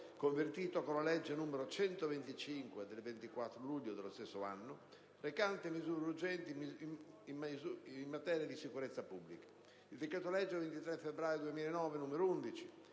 convertito dalla legge n. 125 del 24 luglio dello stesso anno, recante misure urgenti in misura di sicurezza pubblica; il decreto-legge 23 febbraio 2009, n. 11,